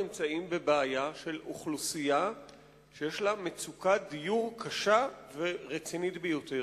נמצאים בבעיה של אוכלוסייה שיש לה מצוקת דיור קשה ורצינית ביותר.